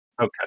okay